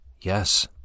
Yes